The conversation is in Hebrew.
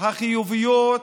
החיוביות